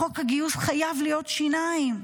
לחוק הגיוס חייבות להיות שיניים.